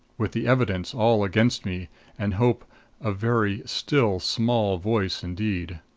with the evidence all against me and hope a very still small voice indeed?